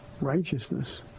righteousness